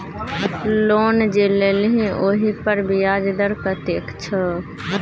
loan जे लेलही ओहिपर ब्याज दर कतेक छौ